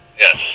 Yes